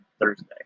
Thursday